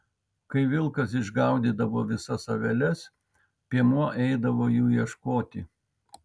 kai vilkas išgaudydavo visas aveles piemuo eidavo jų ieškoti